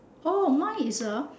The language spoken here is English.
orh mine is a